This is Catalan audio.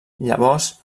llavors